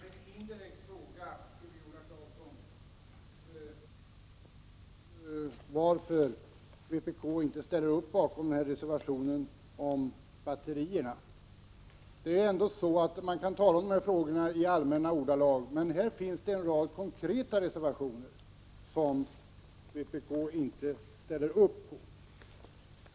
Herr talman! Jag ställde en indirekt fråga till Viola Claesson om varför vpk inte ställer upp bakom reservationen om batterier. Man kan tydligen tala om de här frågorna i allmänna ordalag, men här finns det en rad konkreta reservationer som vpk inte ställer upp på.